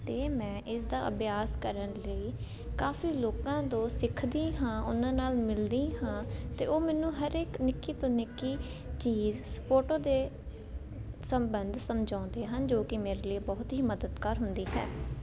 ਅਤੇ ਮੈਂ ਇਸਦਾ ਅਭਿਆਸ ਕਰਨ ਲਈ ਕਾਫ਼ੀ ਲੋਕਾਂ ਤੋਂ ਸਿੱਖਦੀ ਹਾਂ ਉਹਨਾਂ ਨਾਲ ਮਿਲਦੀ ਹਾਂ ਤਾਂ ਉਹ ਮੈਨੂੰ ਹਰ ਇਕ ਨਿੱਕੀ ਤੋਂ ਨਿੱਕੀ ਚੀਜ਼ ਫੋਟੋ ਦੇ ਸੰਬੰਧ ਸਮਝਾਉਂਦੇ ਹਨ ਜੋ ਕਿ ਮੇਰੇ ਲੀਏ ਬਹੁਤ ਹੀ ਮਦਦਗਾਰ ਹੁੰਦੀ ਹੈ